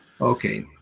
Okay